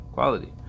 Quality